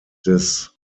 des